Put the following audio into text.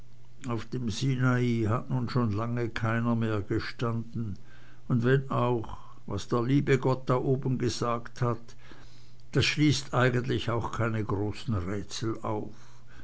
auf dem sinai hat nun schon lange keiner mehr gestanden und wenn auch was der liebe gott da oben gesagt hat das schließt eigentlich auch keine großen rätsel auf